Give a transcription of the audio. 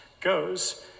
goes